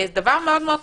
זה דבר מאוד מאוד חשוב.